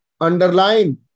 Underline